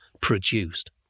produced